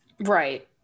Right